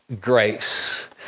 grace